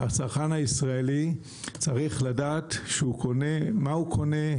הצרכן הישראלי צריך לדעת מה הוא קונה,